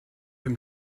him